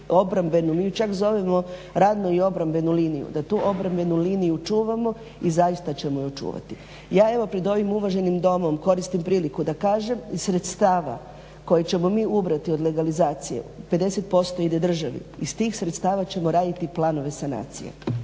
obrambenu, mi ju čak zovemo radnu i obrambenu liniju, da tu obrambenu liniju čuvamo i zaista ćemo je čuvati. Ja evo pred ovim uvaženim Domom koristim priliku da kažem sredstava koje ćemo mi ubrati od legalizacije 50% ide državi. Iz tih sredstava ćemo raditi planove sanacije,